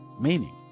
meaning